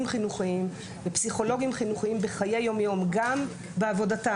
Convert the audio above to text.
חינוכיים ופסיכולוגיים חינוכיים בחיי יום-יום גם בעבודתם,